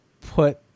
put